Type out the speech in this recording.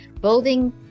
Building